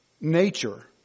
nature